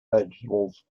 vegetables